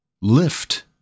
lift